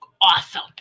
Awesome